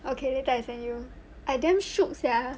okay later I send you I damn shook sia